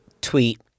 tweet